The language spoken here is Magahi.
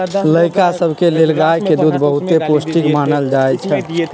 लइका सभके लेल गाय के दूध बहुते पौष्टिक मानल जाइ छइ